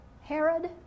Herod